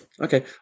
Okay